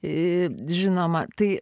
ir žinoma tai